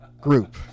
group